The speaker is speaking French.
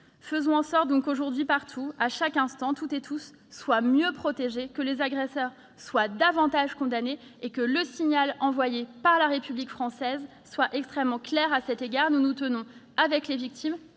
Faisons en sorte aujourd'hui, partout, à chaque instant, que toutes et tous soient mieux protégés, que les agresseurs soient davantage condamnés et que le signal envoyé par la République française soit extrêmement clair à cet égard : nous nous tenons avec les victimes,